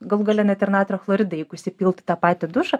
galų gale net ir natrio chloridą jeigu įsipilt tą patį dušą